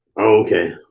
Okay